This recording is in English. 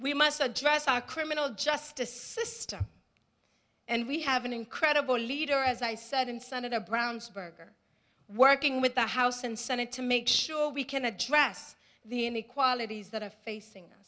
we must address our criminal justice system and we have an incredible leader as i said and senator brownsburg are working with the house and senate to make sure we can address the inequalities that are facing